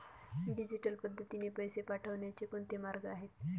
Digital पद्धतीने पैसे पाठवण्याचे कोणते मार्ग आहेत?